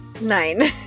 Nine